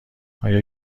آیا